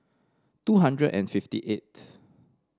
two hundred and fifty eighth